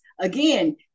again